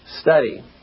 study